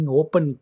open